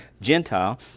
Gentile